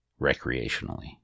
recreationally